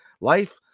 life